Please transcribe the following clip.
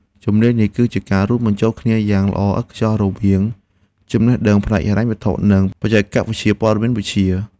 ជំនាញនេះ គឺជាការរួមបញ្ចូលគ្នាយ៉ាងល្អឥតខ្ចោះរវាងចំណេះដឹងផ្នែកហិរញ្ញវត្ថុ និងបច្ចេកវិទ្យាព័ត៌មានវិទ្យា។